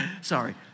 sorry